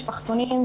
משפחתונים,